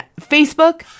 facebook